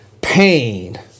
pain